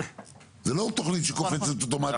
זאת לא תוכנית שקופצת אוטומטית.